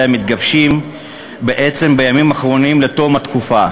מתגבשים בעצם בימים האחרונים לתום התקופה,